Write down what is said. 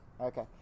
Okay